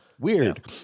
weird